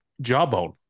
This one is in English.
jawbone